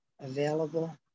available